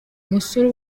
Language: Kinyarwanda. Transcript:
musore